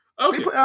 Okay